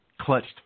clutched